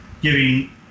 giving